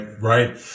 Right